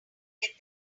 get